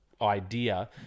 idea